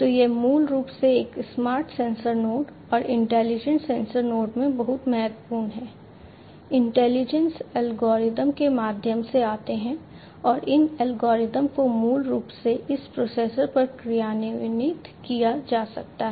तो यह मूल रूप से एक स्मार्ट सेंसर नोड और इंटेलिजेंट एल्गोरिदम के माध्यम से आते हैं और इन एल्गोरिदम को मूल रूप से इस प्रोसेसर पर क्रियान्वित किया जा सकता है